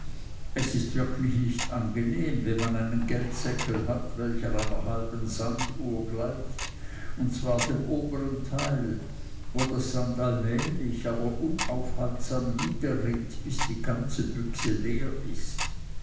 es ist wirklich nicht angenehm wenn man einen geldseckel hat welcher einer halben sanduhr gleicht und zwar dem obern teile wo das sand allmählich aber unaufhaltsam niederrinnt bis die ganze büchse leer ist